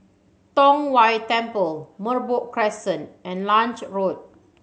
Tong Whye Temple Merbok Crescent and Lange Road